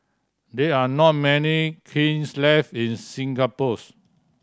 there are not many kilns left in Singapore's